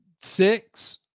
six